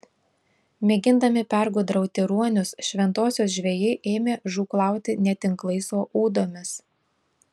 mėgindami pergudrauti ruonius šventosios žvejai ėmė žūklauti ne tinklais o ūdomis